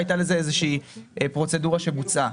הייתה לזה איזושהי פרוצדורה שבוצעה.